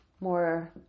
more